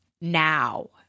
now